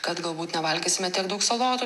kad galbūt nevalgysime tiek daug salotų